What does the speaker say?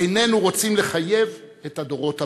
איננו רוצים לחייב את הדורות הבאים".